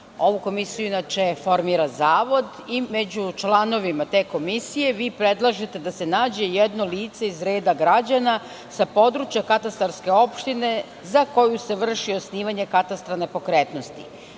Ovu komisiju, inače, formira zavod i među članovima te komisije vi predlažete da se nađe jedno lice iz reda građana sa područja katastarske opštine, za koju se vrši osnivanje katastra nepokretnosti.